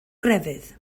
grefydd